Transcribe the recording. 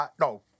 No